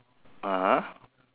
(uh huh)